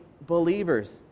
believers